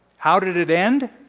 how did it it end?